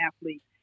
athletes